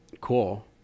cool